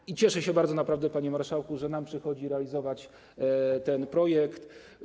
I cieszę się bardzo, naprawdę, panie marszałku, że nam przychodzi realizować ten projekt.